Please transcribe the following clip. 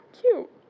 cute